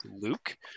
Luke